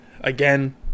Again